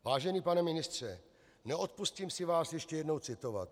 Vážený pane ministře, neodpustím si vás ještě jednou citovat.